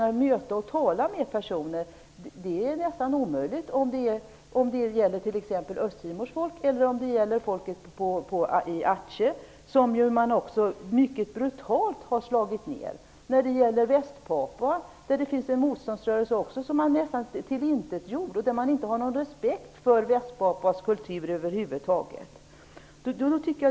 Att tala med folk är alltså nästan omöjligt. Detta gäller Östtimors folk och det gäller folket på Atjeh som man mycket brutalt har slagit ned. Det gäller Västpapua, där det också finns en motståndsrörelse som nästan är tillintetgjord, och där man inte visar någon respekt för Västpapuas kultur över huvud taget.